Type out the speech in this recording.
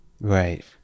Right